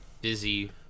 busy